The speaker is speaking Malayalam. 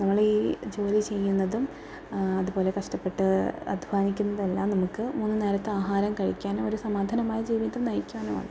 നമ്മളീ ജോലി ചെയ്യുന്നതും അതുപോലെ കഷ്ടപ്പെട്ട് അധ്വാനിക്കുന്നത് എല്ലാം നമ്മുക്ക് മൂന്നു നേരത്തെ ആഹാരം കഴിക്കാനും ഒരു സമാധാനമായ ജീവിതം നയിക്കാനും ആണ്